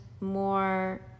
more